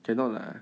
cannot lah